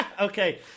okay